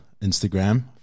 Instagram